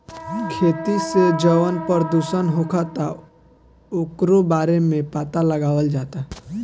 खेती से जवन प्रदूषण होखता ओकरो बारे में पाता लगावल जाता